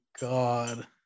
God